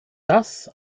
das